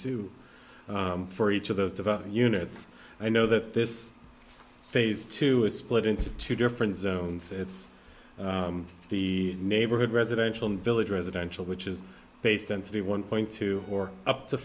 two for each of those device units i know that this phase two is split into two different zones it's the neighborhood residential village residential which is based on to be one point two or up to